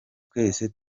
twese